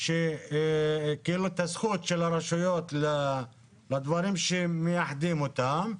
את הזכות של הרשויות לדברים שמייחדים אותם.